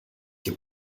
hier